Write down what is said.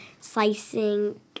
slicing